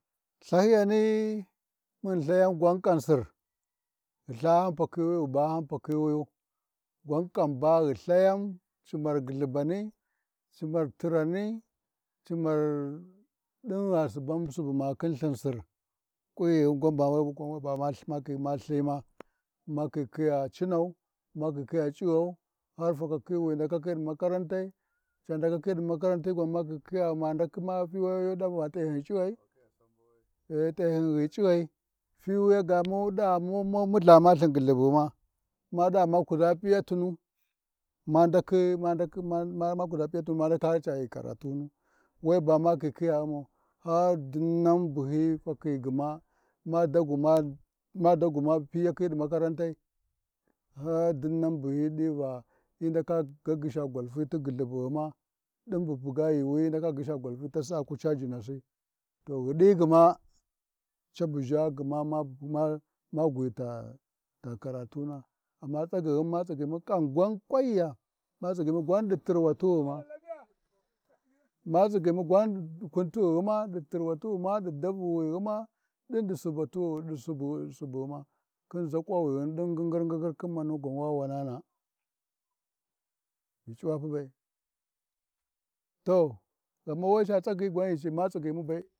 Lthahyiyani mun ghi Lthayan gwan kaani sir, ghi bayan fakhiwuyu, gwan kaan ba ghi Lthayan cimar gyullhubani, cimar tirani, cimar ɗingha Subam Subu ma khin Lthin Sir, ƙwiyighin kwan gan weba ma Lthima, ma khi khiya cinau, makhi khiya c’ighau, har fakakhi, fi windakakhi ɗi makaratai ca ndakakhi ɗi makaranti gwan makhi khiya ma ndakhi fiwiya ma ya ɗamu ma ndaka ghi c’iyai, e t’ehyin ghi C’ighai fi wuya ga muɗa mumu multha lthin gyullhubu ghima mada ma kuʒa p’iyatinu, ma ndakhi, ma ndakhi ma-ma kuʒa P’iyatunu, ma ndaka caghi karatunu, we ba ma khi khiya U’mmau, har dinnan bu hyi fakhi gma ma daguma ma daguma piyakhi ɗi makarantai, har dinnan bu hyi ɗiba, ya ndaka gaggyisha gwalfiti gyulhubughima, ɗin bu buga yuuwi hyi ndaka gyisha gwalfi tasi aku ca jinasi, to ghiɗi gma cabu ʒha gma ma-ma-ma gwi ta-ta karatuna amma tagyighima ma tsigyimu mu ƙaan gwan ƙwanya, matsigyimu gwan ɗi tirwitighima ma tsigyimu gwan ɗi kutighima ɗi tirwatin ɗi tavuwatughima ɗi davuwatughima ɗindi subuwatughima, ɗin ɗi subu-subughima khin zaƙuwuni naghin ɗin ngir-ngir khin mani gwan wa wannana ghi c’uwapu be-e to ghama we, to ghama we ca tsagyi ghi ma tsighyimu be.